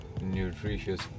nutritious